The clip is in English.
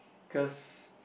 because